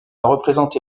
représenté